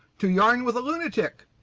to yarn with a lunatic.